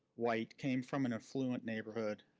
white, came from an affluent neighborhood.